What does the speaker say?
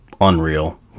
unreal